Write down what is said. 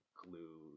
glue